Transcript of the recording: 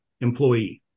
employee